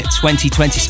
2020